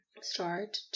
start